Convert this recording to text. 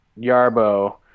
Yarbo